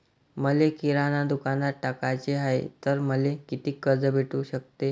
मले किराणा दुकानात टाकाचे हाय तर मले कितीक कर्ज भेटू सकते?